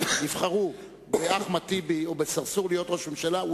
יבחרו באחמד טיבי או בצרצור להיות ראש ממשלה,